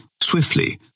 Swiftly